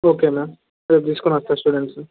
okay ma'am రేపు తీసుకుని వస్తాను స్టూడెంట్స్